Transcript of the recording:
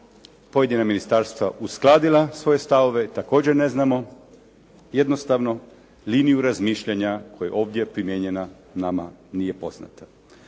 pojedina ministarstva uskladila svoje stavove također ne znamo. Jednostavno liniju razmišljanja koja je ovdje primijenjena nama nije poznata.